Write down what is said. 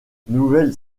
nouvelles